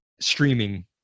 streaming